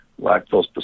lactose